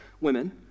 women